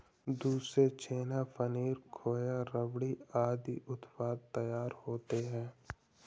दूध से छेना, पनीर, खोआ, रबड़ी आदि उत्पाद तैयार होते हैं